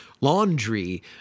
laundry